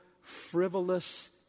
frivolous